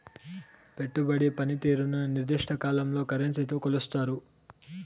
పెట్టుబడి పనితీరుని నిర్దిష్ట కాలంలో కరెన్సీతో కొలుస్తారు